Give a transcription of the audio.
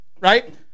right